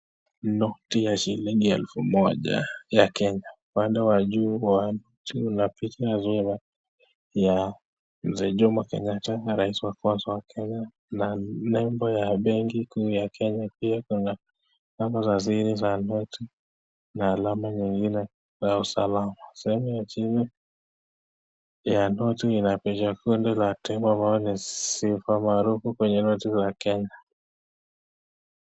Noti ya shilingi elfu Moja ya Kenya. Upande Wa juu wanoti Kuna picha ya Mzee Jomo Kenyatta , rais Wa kwanza Wa Kenya na nebo ya bengi kuu ya Kenya pia kuna alama za Siri za noti ,na alama zingine za usalama. (Side) Ya chini ya noti Ina picha kundu la picha sifa maarufu kwenye noti za Kenya.